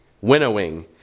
winnowing